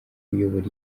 uyobora